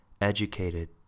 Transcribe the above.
educated